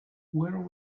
where